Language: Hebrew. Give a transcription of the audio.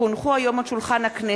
כי הונחו היום על שולחן הכנסת,